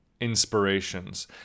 inspirations